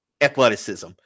athleticism